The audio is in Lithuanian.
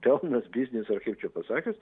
pelnas biznis ar kaip čia pasakius